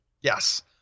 Yes